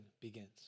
begins